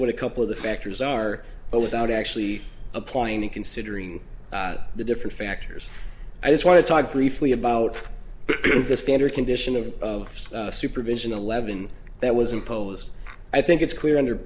what a couple of the factors are but without actually applying the considering the different factors i just want to talk briefly about the standard condition of of supervision eleven that was imposed i think it's clear under